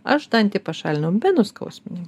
aš dantį pašalinau be nuskausminimo